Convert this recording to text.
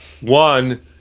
One